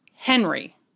Henry